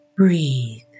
Breathe